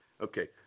Okay